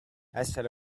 essere